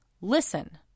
Listen